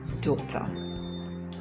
daughter